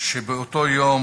שבאותו יום